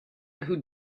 who